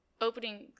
opening